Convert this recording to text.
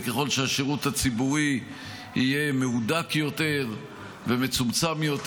וככל שהשירות הציבורי יהיה מהודק יותר ומצומצם יותר,